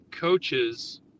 coaches